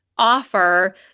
offer